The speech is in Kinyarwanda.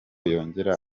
yongera